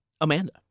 Amanda